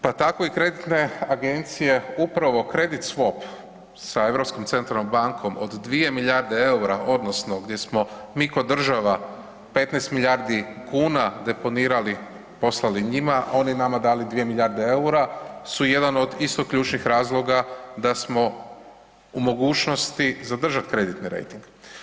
Pa tako i kreditne agencije upravo kredit swap sa Europskom centralnom bankom od 2 milijarde eura odnosno gdje smo mi ko država 15 milijardi kuna deponirali, poslali njima, oni nama dali 2 milijarde eura su jedan od isto ključnih razloga da smo u mogućnosti zadržati kreditni rejting.